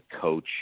coach